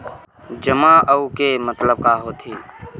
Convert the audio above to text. जमा आऊ के मतलब का होथे?